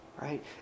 Right